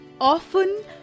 often